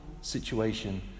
situation